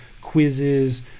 quizzes